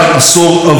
סטגנציה,